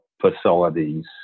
facilities